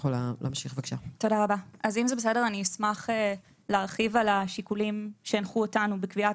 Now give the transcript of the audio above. אני אשמח להרחיב על השיקולים שהנחו אותנו בקביעת